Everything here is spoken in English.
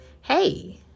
Hey